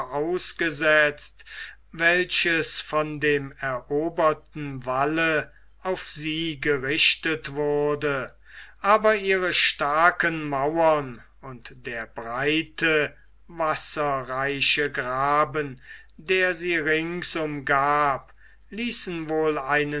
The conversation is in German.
ausgesetzt welches von dem eroberten walle auf sie gerichtet wurde aber ihre starken mauern und der breite wasserreiche graben der sie rings umgab ließen wohl einen